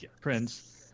Prince